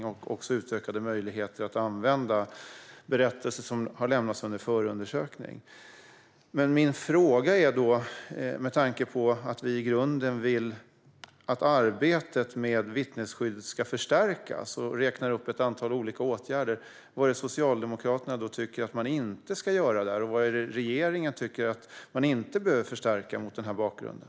Man föreslog också utökade möjligheter att använda berättelser som lämnats under förundersökning. Med tanke på att vi i grunden vill att arbetet med vittnesskyddet ska förstärkas och räknar upp ett antal olika åtgärder: Vad är det Socialdemokraterna tycker att man inte ska göra där? Vad är det regeringen tycker att man inte behöver förstärka mot den här bakgrunden?